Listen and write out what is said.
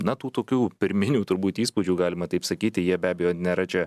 na tų tokių pirminių turbūt įspūdžių galima taip sakyti jie be abejo nėra čia